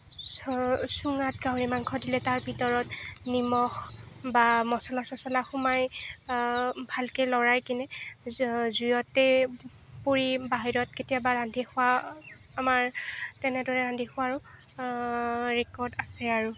চুঙাত গাহৰি মাংস দিলে তাৰ ভিতৰত নিমখ বা মছলা চছলা সোমাই ভালকে লৰাই কৰি জুইতে পুৰি বাহিৰত কেতিয়াবা ৰান্ধি খোৱা আমাৰ তেনেদৰে ৰান্ধি খোৱাৰো ৰেকৰ্ড আছে আৰু